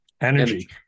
Energy